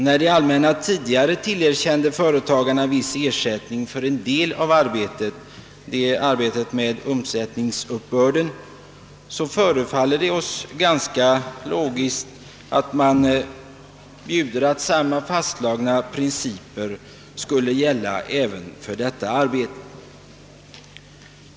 När det allmänna tidigare har tillerkänt företagarna viss ersättning för en del av arbetet — nämligen arbetet med uppbörden av omsättningsskatt — förefaller det som om logiken bjuder att samma fastslagna princip skulle gälla även för detta arbete.